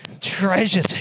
treasure